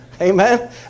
Amen